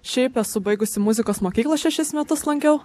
šiaip esu baigusi muzikos mokyklą šešis metus lankiau